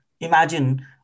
imagine